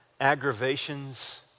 aggravations